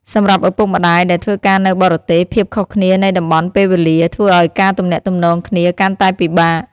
សម្រាប់ឪពុកម្ដាយដែលធ្វើការនៅបរទេស ភាពខុសគ្នានៃតំបន់ពេលវេលា ធ្វើឱ្យការទំនាក់ទំនងគ្នាកាន់តែពិបាក។